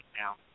now